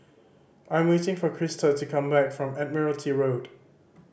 I'm waiting for Christa to come back from Admiralty Road